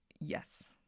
yes